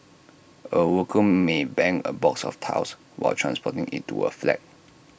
A worker may bang A box of tiles while transporting IT to A flat